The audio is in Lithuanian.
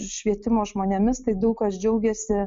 švietimo žmonėmis tai daug kas džiaugiasi